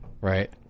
right